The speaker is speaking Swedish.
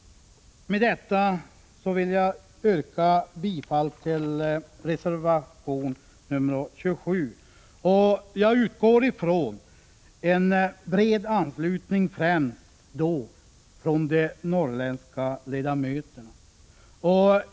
Med detta vill jag yrka bifall till reservation nr 27, och jag utgår från att den får en bred anslutning främst från de norrländska ledamöterna.